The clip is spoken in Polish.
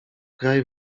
kraj